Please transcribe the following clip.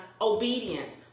Obedience